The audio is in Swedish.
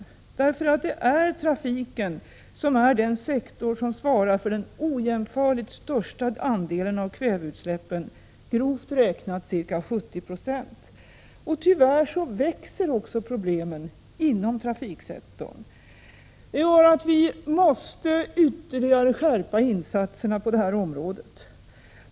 Tyvärr är trafiksektorn den sektor som svarar för den ojämförligt största andelen av kväveutsläppen — grovt räknat ca 70 9o. Problemen inom trafiksektorn växer också. Det gör att vi måste ytterligare skärpa insatserna på det här området.